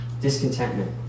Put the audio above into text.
Discontentment